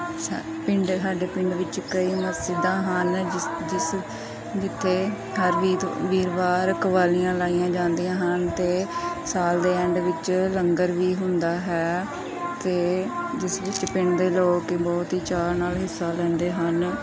ਸਾ ਪਿੰਡ ਸਾਡੇ ਪਿੰਡ ਵਿੱਚ ਕਈ ਮਸਜਿਦਾਂ ਹਨ ਜਿਸ ਜਿਸ ਜਿੱਥੇ ਹਰ ਵੀਤ ਵੀਰਵਾਰ ਕਵਾਲੀਆਂ ਲਾਈਆਂ ਜਾਂਦੀਆਂ ਹਨ ਅਤੇ ਸਾਲ ਦੇ ਐਂਡ ਵਿੱਚ ਲੰਗਰ ਵੀ ਹੁੰਦਾ ਹੈ ਅਤੇ ਜਿਸ ਵਿੱਚ ਪਿੰਡ ਦੇ ਲੋਕ ਬਹੁਤ ਹੀ ਚਾਅ ਨਾਲ ਹਿੱਸਾ ਲੈਂਦੇ ਹਨ